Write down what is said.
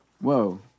Whoa